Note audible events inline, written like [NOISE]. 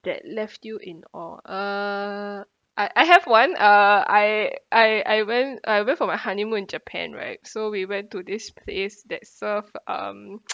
that left you in awe uh I I have one uh I I I went I went for my honeymoon in japan right so we went to this place that serve um [NOISE]